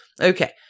Okay